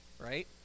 right